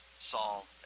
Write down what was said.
Saul